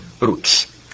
roots